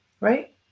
right